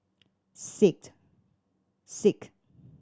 six six